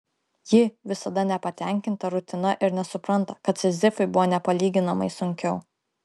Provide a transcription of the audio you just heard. ji visada nepatenkinta rutina ir nesupranta kad sizifui buvo nepalyginamai sunkiau